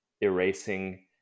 erasing